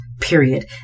period